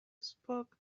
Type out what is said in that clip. spoke